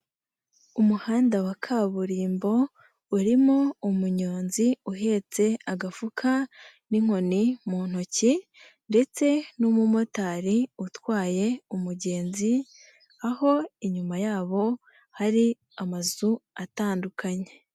Umuhanda wa kaburimbo urimo umunyonzi uhetse agafuka n'inkoni mu ntoki ndetse n'umumotari utwaye umugenzi, aho inyuma yabo hari amazu atandukanye.